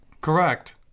Correct